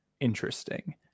Interesting